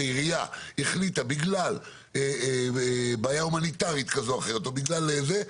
כשעירייה החליטה בגלל בעיה הומניטרית כזאת או אחרת או משהו כזה.